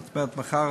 זאת אומרת מחר,